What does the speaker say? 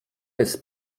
jest